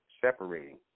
separating